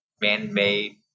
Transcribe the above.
man-made